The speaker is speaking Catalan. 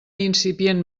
incipient